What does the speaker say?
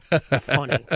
funny